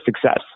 success